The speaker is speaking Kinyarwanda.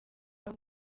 babo